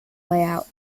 layout